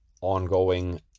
ongoing